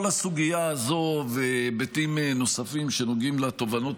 כל הסוגיה הזאת והיבטים נוספים שנוגעים לתובענות